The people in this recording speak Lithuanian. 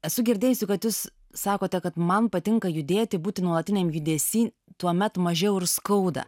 esu girdėjusi kad jūs sakote kad man patinka judėti būti nuolatiniam judesy tuomet mažiau ir skauda